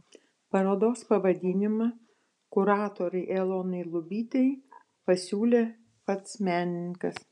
parodos pavadinimą kuratorei elonai lubytei pasiūlė pats menininkas